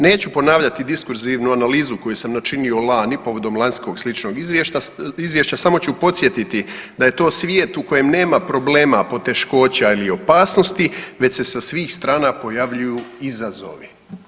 Neću ponavljati diskurzivnu analizu koju sam načinio lani povodom lanjskog sličnog izvješća, samo ću podsjetiti da je to svijet u kojem nema problema, poteškoća ili opasnosti već se sa svih strana pojavljuju izazovi.